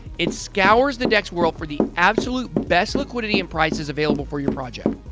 it scours the dex world for the absolute best liquidity and prices available for your project,